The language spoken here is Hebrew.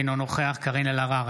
אינו נוכח קארין אלהרר,